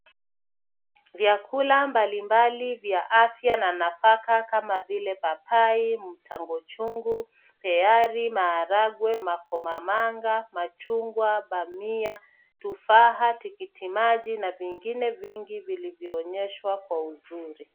Vyakula mbalimbali vya afya na nafaka kama vile papa, mtango chungu, pear , maharagwe, makomamanga, machungwa, bamia, tufaha, tikiti maji na vingine vingi vilivyoonyeshwa kwa uzuri.